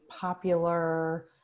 popular